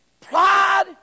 pride